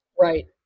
right